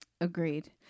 Agreed